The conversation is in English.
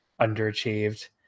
underachieved